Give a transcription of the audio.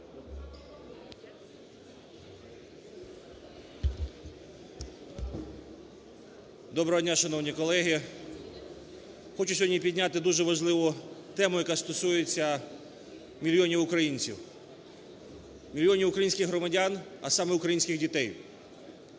Доброго дня, шановні колеги! Хочу сьогодні підняти дуже важливу тему, яка стосується мільйонів українців, мільйонів українських громадян, а саме українських дітей.